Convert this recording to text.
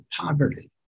poverty